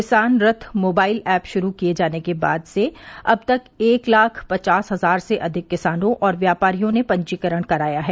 किसान Rath mobile app शुरू किये जाने के बाद से अब तक एक लाख पचास हजार से अधिक किसानों और व्यापारियों ने पंजीकरण कराया है